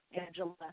Angela